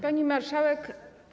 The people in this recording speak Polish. Pani Marszałek!